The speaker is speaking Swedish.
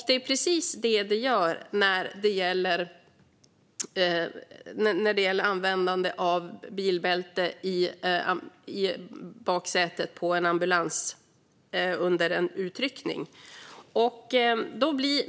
Det är precis det de gör när det gäller användande av bilbälte i baksätet på en ambulans under utryckning.